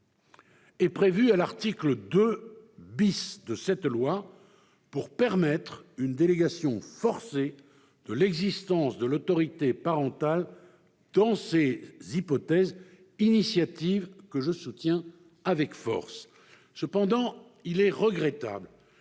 est prévue à l'article 2 de cette loi pour permettre une délégation forcée de l'exercice de l'autorité parentale dans ces hypothèses, initiative que je soutiens fortement. Il est cependant